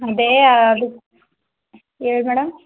ಅದೇ ಅದಕ್ಕೆ ಹೇಳ್ ಮೇಡಮ್